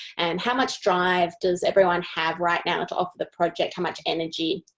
and how much drive does everyone have right now to offer the project, how much energy?